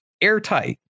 airtight